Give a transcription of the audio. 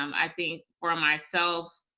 um i think for ah myself,